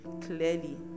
clearly